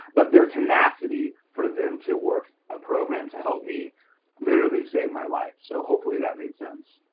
but their tenacity for them to work a program to help me literally saved my life, so hopefully that makes sense.